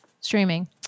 Streaming